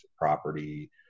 property